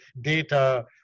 data